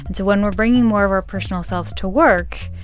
and so when we're bringing more of our personal selves to work,